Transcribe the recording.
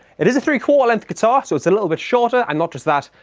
it is a three-quarter length guitar so it's a little bit shorter and not just that,